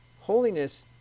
holiness